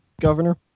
governor